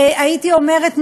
הייתי אומרת,